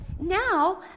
now